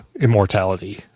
immortality